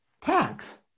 tax